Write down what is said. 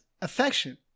affection